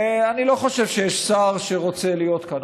אני לא חושב שיש שר שרוצה להיות כאן,